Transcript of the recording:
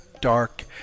dark